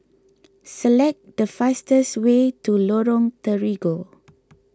Select the fastest way to Lorong Terigu